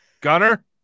Gunner